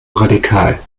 radikal